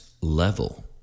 level